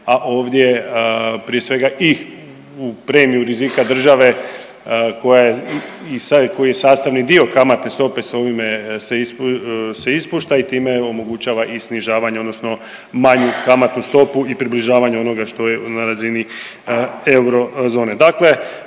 a ovdje prije svega ih i u premiju rizika države koja je i sastavni dio kamatne stope s ovime se ispušta i time omogućava i snižavanje odnosno manju kamatnu stopu i približavanje onoga što je na razini eurozone.